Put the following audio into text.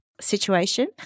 situation